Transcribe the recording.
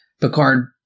Picard